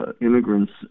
Immigrants